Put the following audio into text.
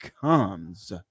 comes